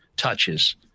Touches